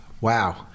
Wow